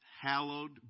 hallowed